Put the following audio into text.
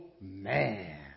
man